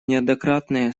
неоднократные